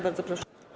Bardzo proszę.